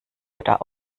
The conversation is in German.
oder